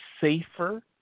safer